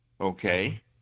okay